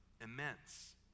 immense